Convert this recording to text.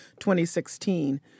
2016